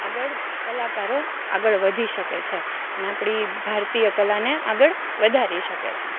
આગળ કલાકારો આગળ વધી શકે છે ને આપણી ભારતીય કલાને આગળ વધારી શકે છે